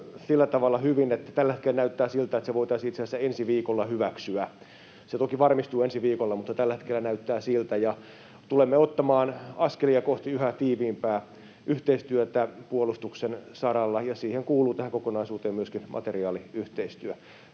tällä hetkellä näyttää siltä, että se voitaisiin itse asiassa ensi viikolla hyväksyä. Se toki varmistuu ensi viikolla, mutta tällä hetkellä näyttää siltä. Tulemme ottamaan askelia kohti yhä tiiviimpää yhteistyötä puolustuksen saralla, ja tähän kokonaisuuteen kuuluu myöskin materiaaliyhteistyö.